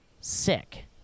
Sick